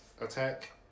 Attack